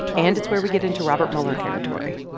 and it's where we get into robert mueller territory